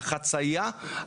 החצייה,